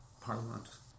parliament